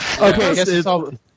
Okay